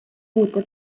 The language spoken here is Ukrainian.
бути